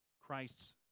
Christ's